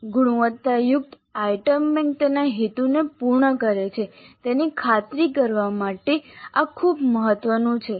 ગુણવત્તાયુક્ત item bank તેના હેતુને પૂર્ણ કરે છે તેની ખાતરી કરવા માટે આ ખૂબ મહત્વનું છે